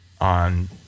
on